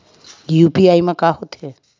UPI मा का होथे?